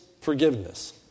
forgiveness